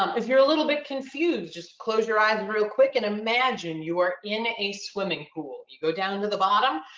um if you're a little bit confused, just close your eyes real quick. and imagine you are in a swimming pool. you go down to the bottom.